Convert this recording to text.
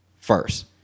first